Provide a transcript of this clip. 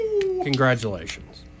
Congratulations